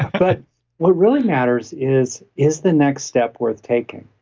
but what really matters is, is the next step worth taking?